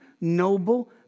noble